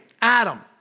Adam